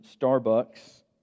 Starbucks